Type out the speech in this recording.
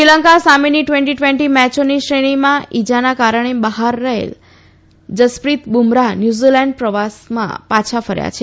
શ્રીલંકા સામેની twenty twenty મેચોની શ્રેણીમાં ઈજાના કારણે બહાર રહેલા જસપ્રિત બુમરાહ ન્યુઝીલેન્ડ પ્રવાસમાં પાછા ફર્યા છે